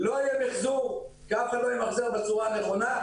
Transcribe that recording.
לא יהיה מיחזור כי אף אחד לא ימחזר בצורה נכונה.